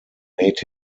made